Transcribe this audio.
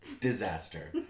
disaster